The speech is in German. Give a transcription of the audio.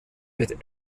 mit